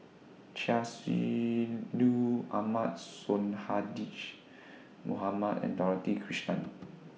Chia Shi Lu Ahmad Sonhadji Mohamad and Dorothy Krishnan